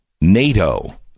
NATO